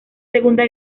segunda